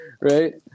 right